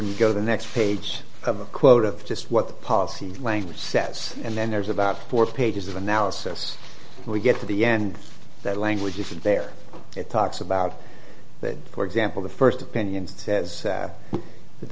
when you go the next page have a quote of just what the policy language sets and then there's about four pages of analysis we get to the end that language isn't there it talks about that for example the first opinion says that the